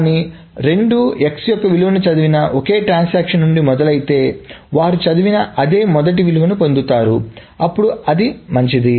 కానీ రెండూ x యొక్క విలువను చదివిన ఒకే ట్రాన్సాక్షన్ నుండి మొదలైతే వారు చదివిన అదే మొదటి విలువను పొందుతారు అప్పుడు అది మంచిది